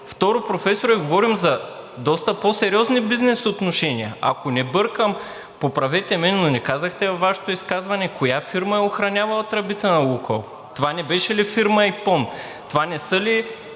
второ, Професоре, говорим за доста по-сериозни бизнес отношения. Ако не бъркам, поправете ме, но не казахте във Вашето изказване коя фирма е охранявала тръбите на „Лукойл“. Това не беше ли фирма „Ипон“? Това не са ли